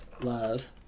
love